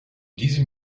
diesem